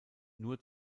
nur